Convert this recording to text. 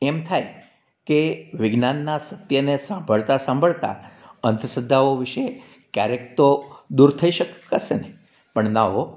એમ થાય કે વિજ્ઞાનના સત્યને સાંભળતા સાંભળતા અંધશ્રદ્ધાઓ વિશે ક્યારેક તો દૂર થઈ શકાશેને પણ ના હો